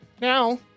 now